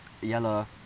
yellow